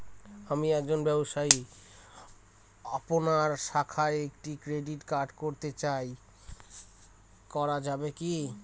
আমি একজন ব্যবসায়ী আপনার শাখায় একটি ক্রেডিট কার্ড করতে চাই করা যাবে কি?